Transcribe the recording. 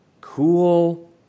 cool